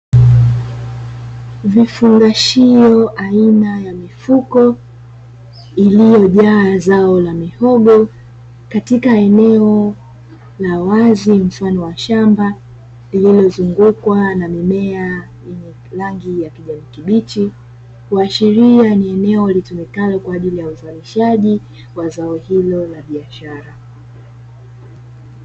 Vifungashio aina ya mifuko iliyojaa zao la mihogo katika eneo la wazi mfano wa shamba, lililozungukwa na mimea yenye rangi ya kijani kibichi, kuashiria ni eneo litumikalo kwa ajili ya uzalishaji wa zao hilo la biashara.